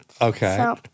Okay